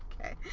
Okay